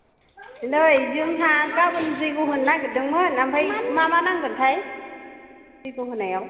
नै जोंहा गाबोन जैयग' होनो नागिरदोंमोन आमफाय मा मा नांगोनथाय जैयग' होनायाव